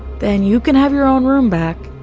then you can have your own room back.